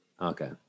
Okay